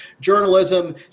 journalism